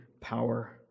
power